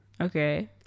okay